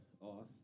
off